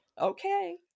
Okay